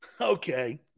Okay